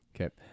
Okay